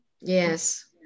Yes